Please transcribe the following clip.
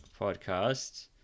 Podcast